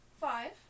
Five